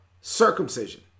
circumcision